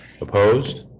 Opposed